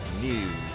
News